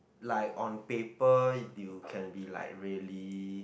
like on paper you can be like really